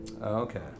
Okay